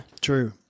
true